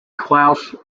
klaus